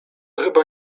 chyba